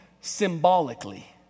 symbolically